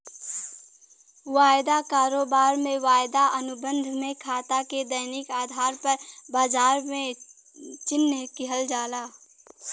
वायदा कारोबार में, वायदा अनुबंध में खाता के दैनिक आधार पर बाजार में चिह्नित किहल जाला